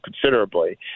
considerably